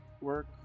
work